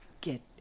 get